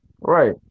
right